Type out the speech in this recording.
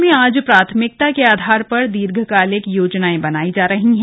प्रदेश में आज प्राथमिकता के आधार पर दीर्घकालिक योजनाए बनाई जा रही है